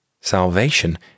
Salvation